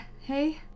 hey